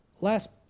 last